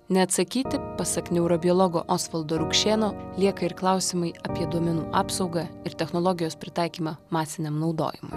neatsakyti pasak neurobiologo osvaldo rukšėno lieka ir klausimai apie duomenų apsaugą ir technologijos pritaikymą masiniam naudojimui